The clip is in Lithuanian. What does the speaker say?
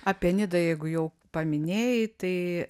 apie nidą jeigu jau paminėjai tai